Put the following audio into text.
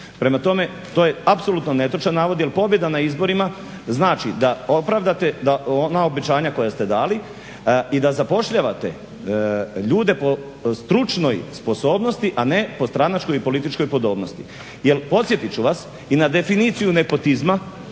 Prema tome, to je apsolutno netočan navod jer pobjeda na izborima znači da opravdate, da ona obećanja koja ste dali i da zapošljavate ljude po stručnoj sposobnosti, a ne po stranačkoj i političkoj podobnosti. Jer podsjetit ću vas i na definiciju nepotizma